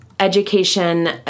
Education